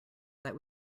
that